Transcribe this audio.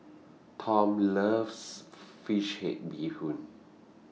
Tom loves Fish Head Bee Hoon